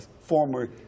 former